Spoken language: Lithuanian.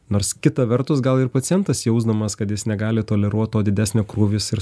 nors kita vertus gal ir pacientas jausdamas kad jis negali toleruot to didesnio krūvis ir